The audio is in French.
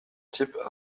type